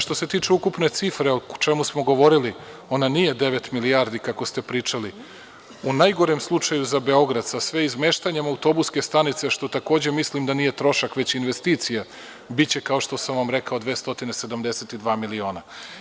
Što se tiče ukupne cifre o čemu smo govorili ona nije devet milijardi kako ste pričali, u najgorem slučaju za Beograd sa sve izmeštanjem autobuske stanice, što takođe mislim da nije trošak već investicija, biće kao što sam vam rekao 272 miliona.